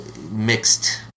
mixed